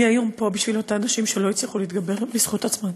אני היום פה בשביל אותן נשים שלא הצליחו להתגבר בזכות עצמן.